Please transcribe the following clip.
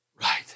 Right